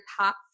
top